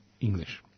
English